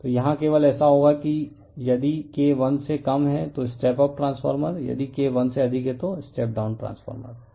तो यहां केवल ऐसा होगा यदि K वन से कम है तो स्टेप अप ट्रांसफार्मर यदि K वन से अधिक है तो स्टेप डाउन ट्रांसफार्मर है